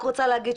לא ראיתי דבר כזה.